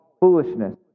foolishness